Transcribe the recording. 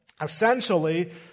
Essentially